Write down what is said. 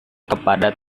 kepada